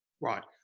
Right